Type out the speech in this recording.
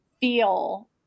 feel